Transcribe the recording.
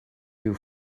you